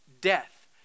death